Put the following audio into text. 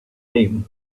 them